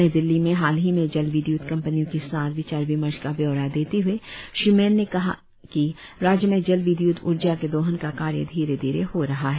नई दिल्ली में हाल ही में जलविदय्त कंपनियों के साथ विचार विमर्श का ब्यौरा देते हए श्री मैन ने बताया कि राज्य में जलविद्युत ऊर्जा के दोहन का कार्य धीरे धीरे हो रहा है